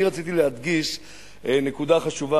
אני רציתי להדגיש נקודה חשובה,